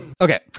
Okay